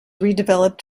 redeveloped